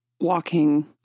walking